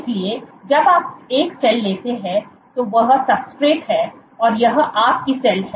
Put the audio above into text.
इसलिए जब आप एक सेल लेते हैं तो वह सब्सट्रेट है और यह आपकी सेल है